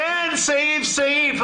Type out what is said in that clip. סעיף סעיף,